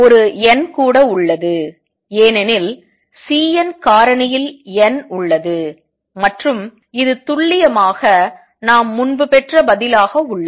ஒரு n கூட உள்ளது ஏனெனில் Cn காரணியில் n உள்ளது மற்றும் இது துல்லியமாக நாம் முன்பு பெற்ற பதிலாக உள்ளது